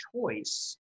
choice